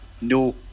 no